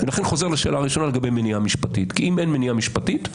לכן אני חוזר לשאלה הראשונה לגבי מניעה משפטית כי אם אין מניעה משפטית,